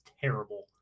terrible